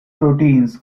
proteins